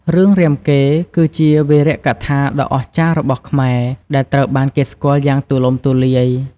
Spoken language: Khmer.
រឿងរាមកេរ្តិ៍ គឺជាវីរកថាដ៏អស្ចារ្យរបស់ខ្មែរ ដែលត្រូវបានគេស្គាល់យ៉ាងទូលំទូលាយ។